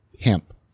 hemp